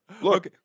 Look